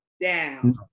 down